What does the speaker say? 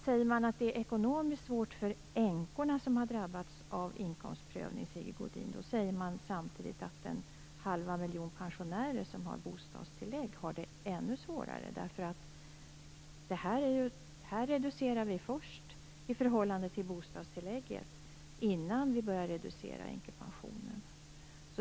Säger man att det är ekonomiskt svårt för de änkor som har drabbats av inkomstprövning, då säger man samtidigt att den halva miljon pensionärer som har bostadstillägg har det ännu svårare. Här reduceras det först i förhållande till bostadstillägget innan änkepensionen reduceras.